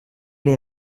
les